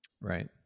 Right